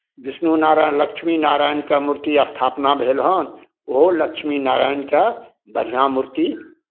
विष्णु नारायण लक्ष्मी नारायणके मूर्ति स्थापना भेल हन ओहो लक्ष्मी नारायणके बढ़िआँ मूर्ति